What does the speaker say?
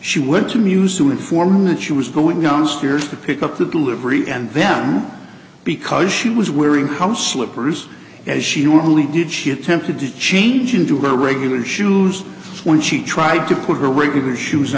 she went to muse to inform her that she was going downstairs to pick up the delivery and them because she was wearing how slippers as she were only did she attempted to change into her regular shoes when she tried to put her regular shoes